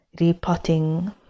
repotting